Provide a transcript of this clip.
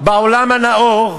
בעולם הנאור,